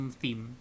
theme